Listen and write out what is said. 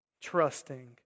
Trusting